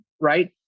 Right